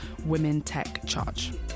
WomenTechCharge